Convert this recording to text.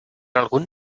algun